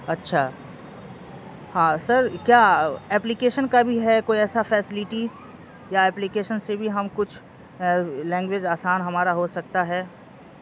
اچھا ہاں سر کیا ایپلیکیشن کا بھی ہے کوئی ایسا فیسلٹی یا ایپلیکیشن سے بھی ہم کچھ لینگویج آسان ہمارا ہو سکتا ہے